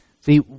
See